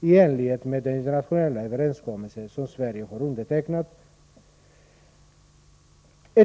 i enlighet med de internationella överenskommelser som Sverige har undertecknat, att komma hit.